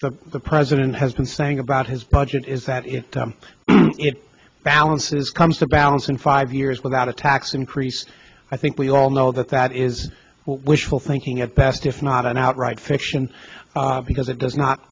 the president has been saying about his budget is that if it balances comes the balance in five years without a tax increase i think we all know that that is wishful thinking at best if not an outright fiction because it does not